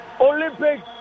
Olympics